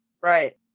Right